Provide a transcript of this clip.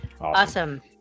Awesome